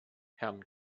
herrn